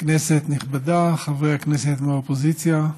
כנסת נכבדה, חברי הכנסת מהאופוזיציה,